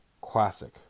Classic